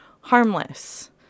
harmless